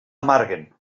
amarguen